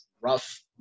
rough